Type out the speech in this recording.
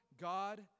God